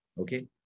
okay